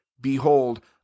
Behold